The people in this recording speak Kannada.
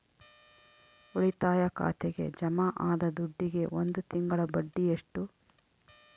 ಉಳಿತಾಯ ಖಾತೆಗೆ ಜಮಾ ಆದ ದುಡ್ಡಿಗೆ ಒಂದು ತಿಂಗಳ ಬಡ್ಡಿ ಎಷ್ಟು?